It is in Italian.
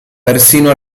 persino